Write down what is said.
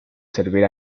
servir